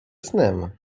snem